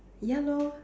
ya lor